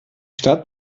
stadt